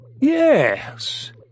Yes